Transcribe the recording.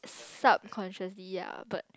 subconsciously ya but